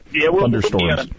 thunderstorms